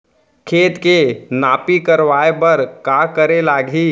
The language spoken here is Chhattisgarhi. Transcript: खेत के नापी करवाये बर का करे लागही?